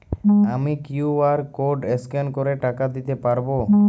আমি QR code scan করে টাকা দিতে পারবো?